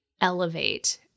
elevate